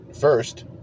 First